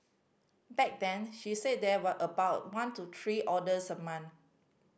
back then she said there were about one to three orders a month